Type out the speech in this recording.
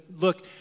look